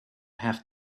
have